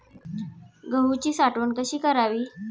गहूची साठवण कशी करावी?